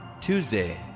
Tuesday